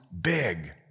big